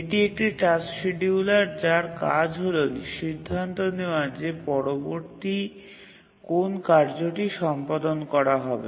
এটি একটি task scheduler যার কাজ হল সিদ্ধান্ত নেওয়া যে পরবর্তী কোন কার্যটি সম্পাদন করা হবে